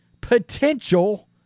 potential